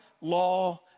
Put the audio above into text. law